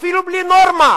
אפילו בלי נורמה.